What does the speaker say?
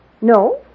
No